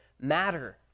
matter